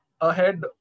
ahead